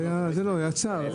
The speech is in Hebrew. זה היה צר,